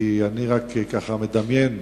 אני מדמיין,